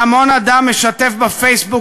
והמון אדם משתף בפייסבוק